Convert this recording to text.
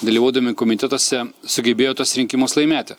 dalyvaudami komitetuose sugebėjo tuos rinkimus laimėti